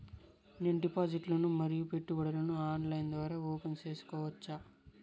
నేను డిపాజిట్లు ను మరియు పెట్టుబడులను ఆన్లైన్ ద్వారా ఓపెన్ సేసుకోవచ్చా?